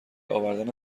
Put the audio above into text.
آوردن